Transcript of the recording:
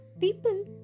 People